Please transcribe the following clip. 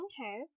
Okay